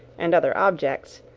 and other objects,